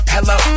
Hello